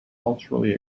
culturally